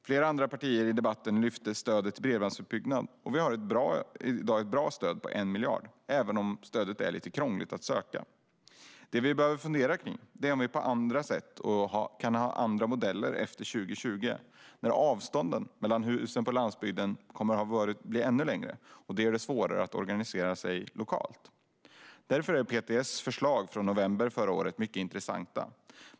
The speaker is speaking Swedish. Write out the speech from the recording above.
Flera andra partier lyfter i debatten fram stödet till bredbandsutbyggnad. Vi har i dag ett bra stöd på 1 miljard, även om stödet är lite krångligt att söka. Det vi behöver fundera över är om vi kan använda oss av andra sätt och modeller efter 2020, när avstånden mellan husen på landsbygden kommer att bli ännu längre, vilket gör det svårare att organisera sig lokalt. Därför är PTS förslag från november förra året mycket intressant.